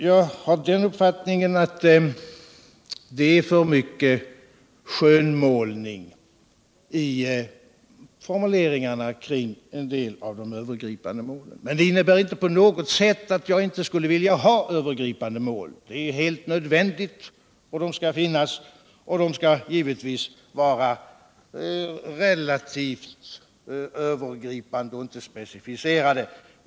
Jag har den uppfattningen att det är för mycket skönmålning i formulcringarna när det gäller vissa av de övergripande målen. Men detta innebär inte på något säll alt jag inte skulle vilja ha övergripande mål. De är helt nödvändiga och skall givetvis vara övergripande och inte specificerade.